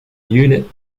unit